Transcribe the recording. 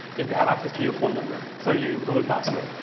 if they have access to your phone number, so your google password.